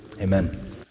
Amen